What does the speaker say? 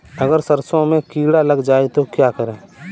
अगर सरसों में कीड़ा लग जाए तो क्या करें?